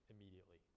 immediately